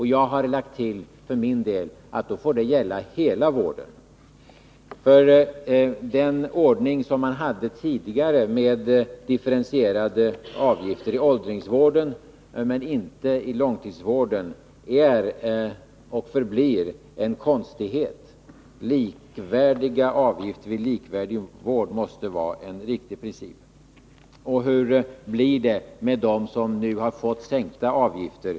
Jag har för min del lagt till att det då får gälla hela vården. Den ordning som man hade tidigare med differentierade avgifter i åldringsvården men inte i långtidsvården är och förblir en konstighet. Likvärdiga avgifter i likvärdig vård måste vara en riktig princip. Hur blir det med dem som nu har fått sänkta avgifter?